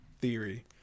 theory